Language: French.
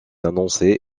annoncés